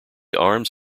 arms